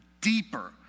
deeper